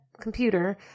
computer